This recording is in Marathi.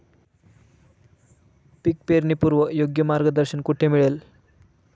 पीक पेरणीपूर्व योग्य मार्गदर्शन कुठे मिळेल?